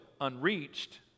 unreached